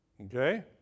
Okay